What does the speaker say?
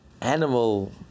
animal